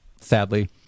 sadly